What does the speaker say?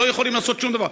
לא יכולים לעשות שום דבר.